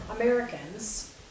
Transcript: Americans